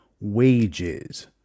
wages